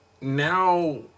Now